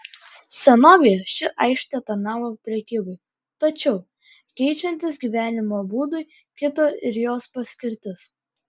senovėje ši aikštė tarnavo prekybai tačiau keičiantis gyvenimo būdui kito ir jos paskirtis